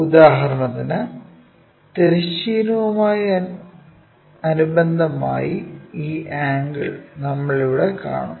ഉദാഹരണത്തിന് തിരശ്ചീനവുമായി അനുബന്ധമായി ഈ ആംഗിൾ നമ്മൾ ഇവിടെ കാണും